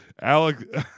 Alex